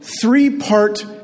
three-part